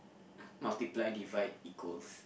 multiply divide equals